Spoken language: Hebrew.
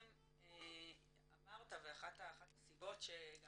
אמרת, ואחת הסיבות שגם